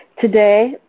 Today